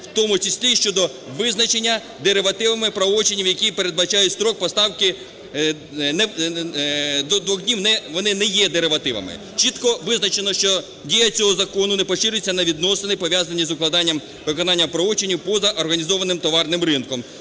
в тому числі щодо визначення деривативами правочинів, які передбачають строк поставки до двох днів, вони не є деривативами. Чітко визначено, що дія цього закону не поширюється на відносини, пов'язані з укладанням виконання правочинів поза організованим товарним ринком,